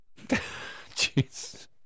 Jeez